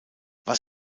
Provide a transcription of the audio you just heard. was